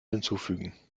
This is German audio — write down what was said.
hinzufügen